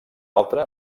altra